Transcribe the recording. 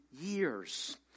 years